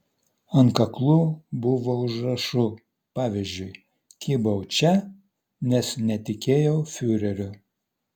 ant kaklų buvo užrašų pavyzdžiui kybau čia nes netikėjau fiureriu